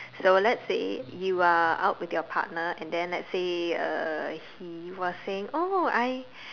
so let's say you're out with your partner and then let say uh he was saying oh I